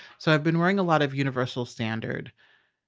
so i've been wearing a lot of universal standard.